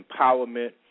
empowerment